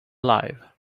alive